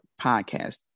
podcast